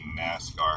NASCAR